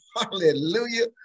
Hallelujah